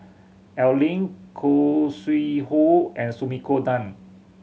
Al Lim Khoo Sui Hoe and Sumiko Tan